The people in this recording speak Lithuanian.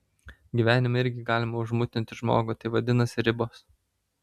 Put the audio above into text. gyvenime irgi galima užmutinti žmogų tai vadinasi ribos